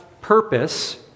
purpose